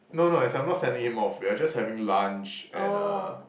no no as in I'm not sending him off we're just having lunch and uh